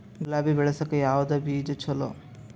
ಗುಲಾಬಿ ಬೆಳಸಕ್ಕ ಯಾವದ ಬೀಜಾ ಚಲೋ?